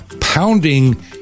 pounding